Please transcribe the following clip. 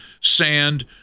sand